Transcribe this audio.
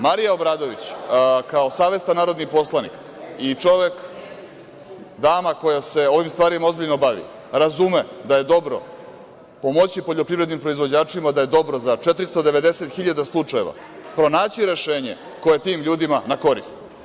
Marija Obradović, kao savestan narodni poslanik i čovek, dama koja se ovim stvarima ozbiljno bavi, razume da je dobro pomoći poljoprivrednim proizvođačima, da je dobro za 490 hiljada slučajeva, pronaći rešenje koje je tim ljudima na korist.